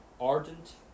Ardent